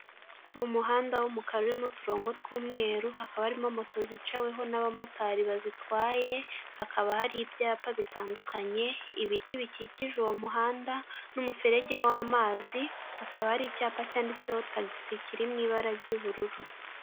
Mu muhanda w'umukara urimo uturongo tw'umweru, hakaba harimo moto zicaweho n'abamotari bazitwaye, hakaba hari ibyapa bitandukanye, ibiti bikikije uwo muhanda n'umuferege w'amazi, hakaba hari icyapa cyanditseho tagisi kiri mu ibara ry'ubururu.